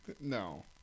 No